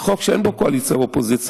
זה חוק שאין בו קואליציה ואופוזיציה,